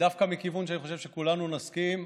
דווקא מכיוון שאני חושב שכולנו נסכים,